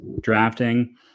drafting